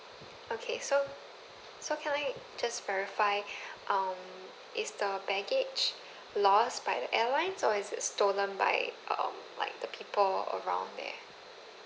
okay so so can I just verify um is the baggage lost by the airlines or is it stolen by um like the people around there